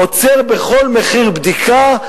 עוצר בכל מחיר בדיקה,